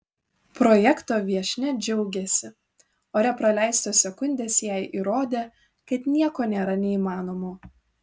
projekto viešnia džiaugėsi ore praleistos sekundės jai įrodė kad nieko nėra neįmanomo